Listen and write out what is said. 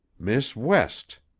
miss west,